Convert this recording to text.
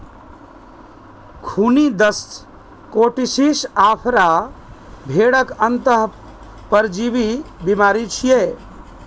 खूनी दस्त, कीटोसिस, आफरा भेड़क अंतः परजीवी बीमारी छियै